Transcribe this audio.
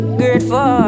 grateful